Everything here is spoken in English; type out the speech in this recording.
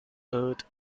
earth